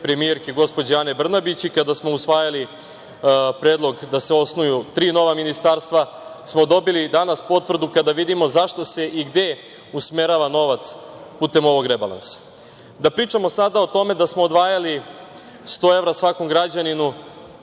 premijerke gospođe Ane Brnabić i kada smo usvajali predlog da se osnuju tri nova ministarstva, smo dobili danas potvrdu kada vidimo za šta se i gde usmerava novac putem ovog rebalansa. Da pričamo sada o tome da smo odvajali 100 evra svakom punoletnom